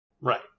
Right